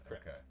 okay